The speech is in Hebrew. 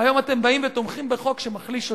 והיום אתם באים ותומכים בחוק שמחליש אותה,